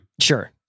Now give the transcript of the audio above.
Sure